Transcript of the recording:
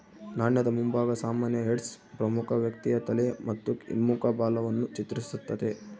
ನಾಣ್ಯದ ಮುಂಭಾಗ ಸಾಮಾನ್ಯ ಹೆಡ್ಸ್ ಪ್ರಮುಖ ವ್ಯಕ್ತಿಯ ತಲೆ ಮತ್ತು ಹಿಮ್ಮುಖ ಬಾಲವನ್ನು ಚಿತ್ರಿಸ್ತತೆ